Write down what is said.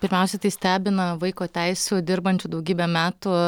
pirmiausia tai stebina vaiko teisių dirbančių daugybę metų